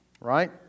right